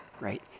right